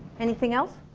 anything else?